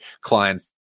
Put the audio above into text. clients